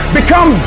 become